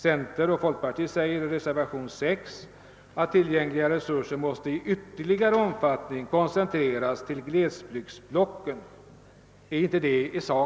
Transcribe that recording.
Centern och folkpartiet säger i reservationen 6 att tillgängliga resurser måste »i ytterligare omfattning» koncentreras till glesbygdsblocken. Är inte det samma sak?